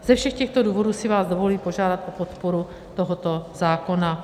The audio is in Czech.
Ze všech těchto důvodů si vás dovoluji požádat o podporu tohoto zákona.